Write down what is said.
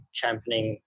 championing